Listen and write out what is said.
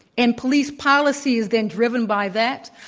and police policy is then driven by that.